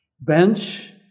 bench